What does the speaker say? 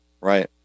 Right